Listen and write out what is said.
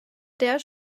der